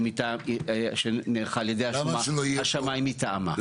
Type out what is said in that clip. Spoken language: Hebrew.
שנערכה על ידי השמאי מטעמה.